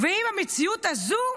ועם המציאות הזו,